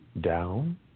Down